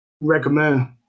recommend